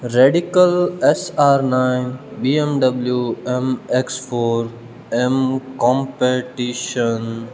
radical S R nine B M W M X four M competition